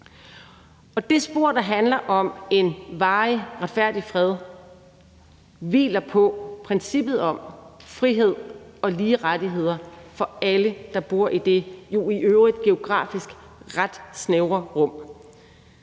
på. Det spor, der handler om en varig og retfærdig fred, hviler på princippet om frihed og lige rettigheder for alle, der bor i det jo i øvrigtgeografisk ret snævre rum.